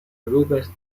orugas